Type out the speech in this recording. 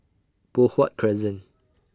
Poh Huat Crescent